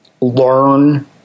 learn